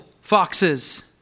foxes